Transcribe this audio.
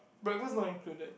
breakfast not included